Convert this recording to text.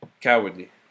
cowardly